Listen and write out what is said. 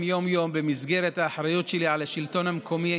יום-יום במסגרת האחריות שלי לשלטון המקומי,